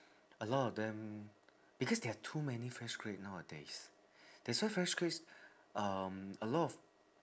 a lot of them because there are too many fresh grad nowadays that's why fresh grads um a lot of